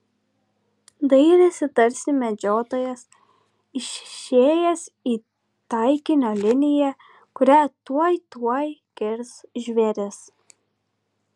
dairėsi tarsi medžiotojas išėjęs į taikinio liniją kurią tuoj tuoj kirs žvėris